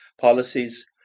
policies